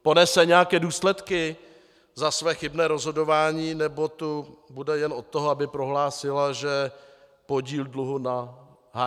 Ponese nějaké důsledky za své chybné rozhodování, nebo tu bude jen od toho, aby prohlásila, že podíl dluhu na HDP je xy?